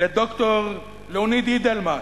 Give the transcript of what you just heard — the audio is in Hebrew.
לד"ר ליאוניד אידלמן,